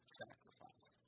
sacrifice